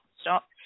stop